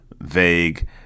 vague